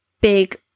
big